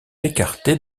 écartés